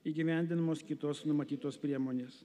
įgyvendinamos kitos numatytos priemonės